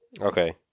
Okay